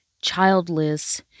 childless